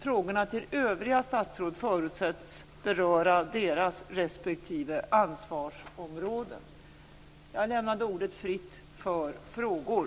Frågorna till övriga statsråd förutsätts beröra deras respektive ansvarsområden. Jag lämnar ordet fritt för frågor.